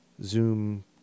zoom